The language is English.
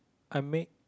I make